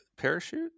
parachute